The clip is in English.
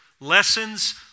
Lessons